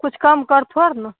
किछु कम करतहो ने